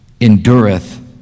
endureth